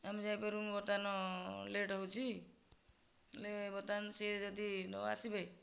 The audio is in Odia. ଆମେ ଯାଇ ପାରିବୁନୁ ବର୍ତ୍ତମାନ ଲେଟ ହେଉଛି ହେଲେ ବର୍ତ୍ତମାନ ସିଏ ଯଦି ନ ଆସିବେ